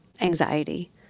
anxiety